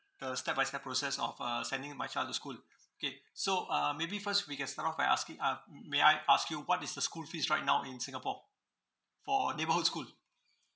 the step by step process of uh sending my child to school okay so uh maybe first we can start off by asking are may I ask you what is the school fees right now in singapore for a neighborhood school